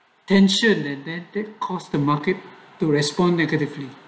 tension and that caused the market to respond negatively